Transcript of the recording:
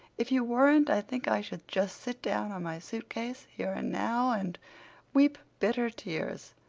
if you weren't i think i should just sit down on my suitcase, here and now, and weep bitter tears.